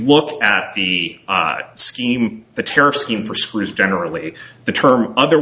look at the scheme the tariff scheme for screws generally the term other